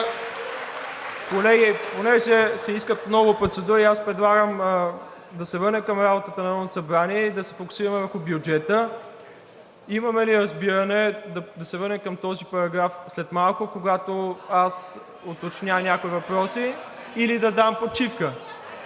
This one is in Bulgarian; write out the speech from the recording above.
Колеги, тъй като се искат много процедури, аз предлагам да се върнем към работата на Народното събрание и да се фокусираме върху бюджета. Имаме ли разбиране да се върнем към този параграф след малко, когато аз уточня някои въпроси, или да дам почивка?